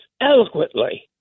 eloquently